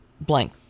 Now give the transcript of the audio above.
Blank